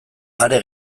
are